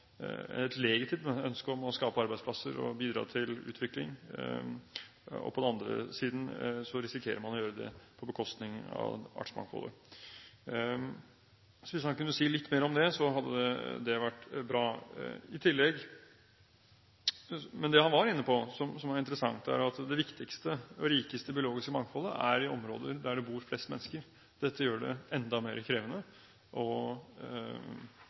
skape arbeidsplasser og bidra til utvikling, og man på den andre siden risikerer å gjøre det på bekostning av artsmangfoldet. Om han kunne si litt mer om det, synes jeg det hadde vært bra. Men det han var inne på, som er interessant, er at det viktigste og rikeste biologiske mangfoldet er i områder der det bor flest mennesker. Dette gjør det enda mer krevende